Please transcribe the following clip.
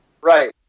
right